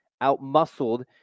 out-muscled